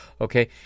Okay